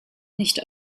nicht